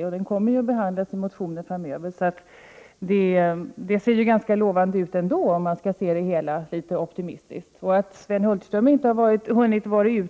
Framöver kommer den ju också att behandlas i motioner, så det ser ju ganska lovande ut ändå. Jag kan förstå att Sven Hulterström inte har hunnit avlägga